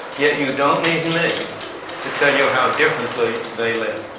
yet you don't need me to tell you how differently they live.